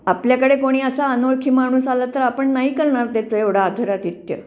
आपल्याकडे कोणी असा अनोळखी माणूस आला तर आपण नाही करणार त्याचा एवढा आदरातिथ्य